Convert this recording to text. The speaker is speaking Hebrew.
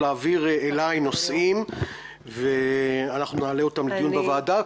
להעביר אליי נושאים ואנחנו נעלה אותם לדיון בוועדה.